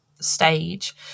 stage